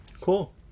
Cool